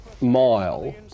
Mile